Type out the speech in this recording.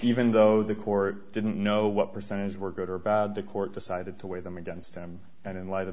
even though the court didn't know what percentage were good or bad the court decided to weigh them against him and in light